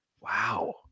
wow